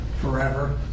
forever